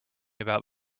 about